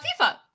fifa